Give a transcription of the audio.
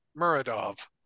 Muradov